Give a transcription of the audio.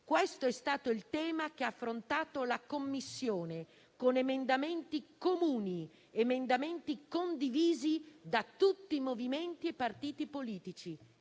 Questo è stato il tema che ha affrontato la Commissione, con emendamenti comuni, emendamenti condivisi da tutti i movimenti e partiti politici».